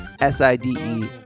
S-I-D-E